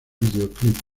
videoclip